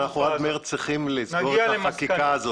מרץ אנחנו צריכים לסגור את החקיקה הזו.